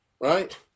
right